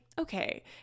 okay